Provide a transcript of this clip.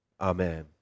Amen